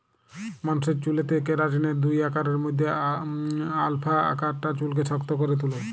মানুষের চুলেতে কেরাটিনের দুই আকারের মধ্যে আলফা আকারটা চুলকে শক্ত করে তুলে